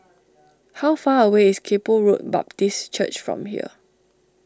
how far away is Kay Poh Road Baptist Church from here